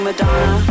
Madonna